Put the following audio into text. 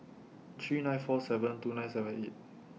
three nine four seven two nine seven eight